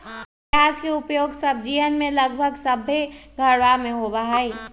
प्याज के उपयोग सब्जीयन में लगभग सभ्भे घरवा में होबा हई